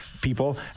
people